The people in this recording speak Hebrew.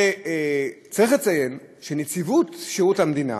צריך לציין שנציבות שירות המדינה,